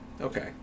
Okay